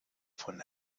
von